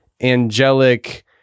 angelic